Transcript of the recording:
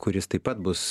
kuris taip pat bus